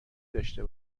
داشته